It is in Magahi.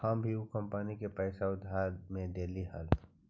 हम भी ऊ कंपनी के पैसा उधार में देली हल